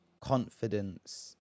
confidence